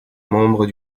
membres